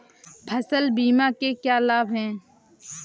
फसल बीमा के क्या लाभ हैं?